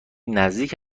نزدیک